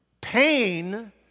Pain